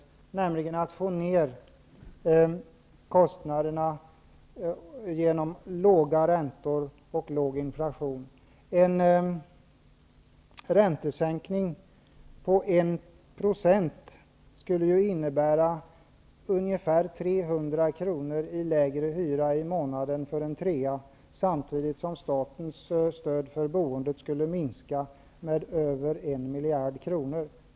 Det gäller alltså att få ner kostnaderna genom låga räntor och låg inflation. En räntesänkning om 1 % skulle innebära ungefär 300 kr. lägre månadshyra för en trerumslägenhet, samtidigt som statens stöd för boendet skulle minska med mer än 1 miljard kronor.